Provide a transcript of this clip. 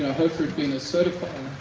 had been a certifier.